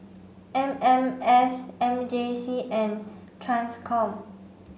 M M S M J C and TRANSCOM